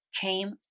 came